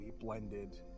blended